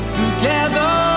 together